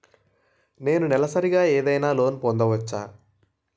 నేను నెలసరిగా ఏదైనా లోన్ పొందవచ్చా?